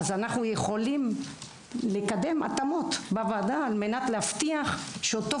אנו יכולים לקדם התאמות בוועדה על מנת להבטיח שאותו